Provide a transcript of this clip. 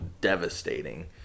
devastating